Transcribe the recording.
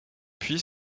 puis